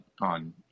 on